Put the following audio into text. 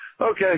okay